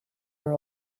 are